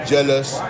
jealous